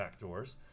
backdoors